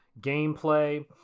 Gameplay